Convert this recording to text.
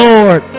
Lord